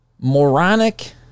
moronic